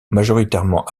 majoritairement